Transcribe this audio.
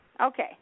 Okay